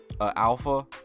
alpha